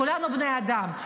כולנו בני אדם.